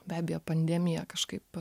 be abejo pandemija kažkaip